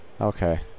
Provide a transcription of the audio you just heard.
Okay